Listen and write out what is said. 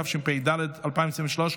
התשפ"ד 2023,